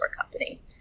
company